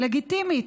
לגיטימית.